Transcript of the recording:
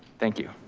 thank you.